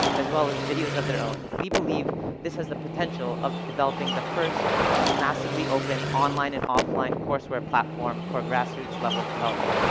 as well as videos of their own. we believe this has the potential of developing the first massively open online and offline courseware platform for grassroots-level development.